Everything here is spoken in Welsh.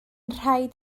rhaid